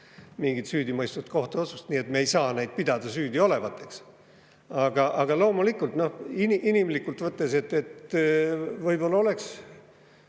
mingit süüdimõistvat kohtuotsust [tehtud]. Nii et me ei saa neid pidada süüdi olevateks. Aga loomulikult, inimlikult võttes, võib-olla oleks